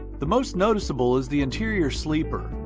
the most noticeable is the interior sleeper.